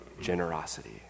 generosity